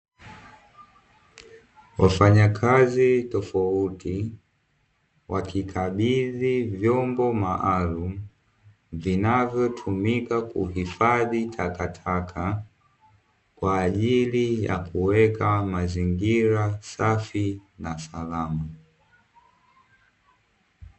Wafanya kazi tofauti wakikabidhi vyombo maalumu, vinavyotumika kuhifadhi takataka kwa ajili ya kuweka mazingira safi na Salama.